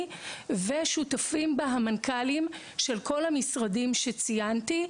ושותפים בה המנכ"לים של כל המשרדים שציינתי.